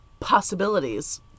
Possibilities